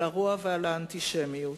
על הרוע ועל האנטישמיות.